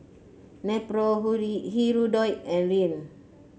Nepro Hirudoid and Rene